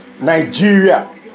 Nigeria